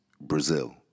Brazil